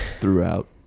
throughout